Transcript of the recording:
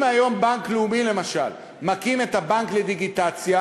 אם היום בנק לאומי מקים את הבנק לדיגיטציה,